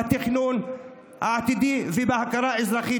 בתכנון העתידי ובהכרה אזרחית.